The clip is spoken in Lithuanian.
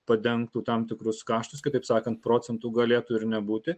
padengtų tam tikrus kaštus kitaip sakant procentų galėtų ir nebūti